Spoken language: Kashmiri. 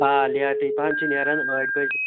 آ لیٚٹے پَہَم چھِ نیران ٲٹھِ بَجہِ